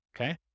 Okay